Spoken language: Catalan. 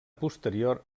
posterior